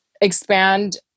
expand